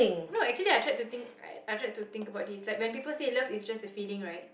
no actually I tried to think I tried to think when people say love is just a feeling right